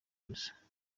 ubusa